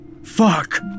Fuck